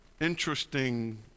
interesting